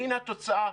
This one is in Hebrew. והינה התוצאה,